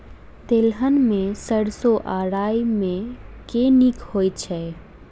तेलहन मे सैरसो आ राई मे केँ नीक होइ छै?